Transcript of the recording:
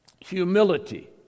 humility